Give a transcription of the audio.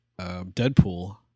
Deadpool